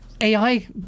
AI